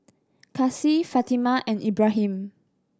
Kasih Fatimah and Ibrahim